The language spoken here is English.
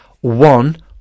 one